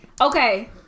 okay